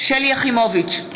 שלי יחימוביץ,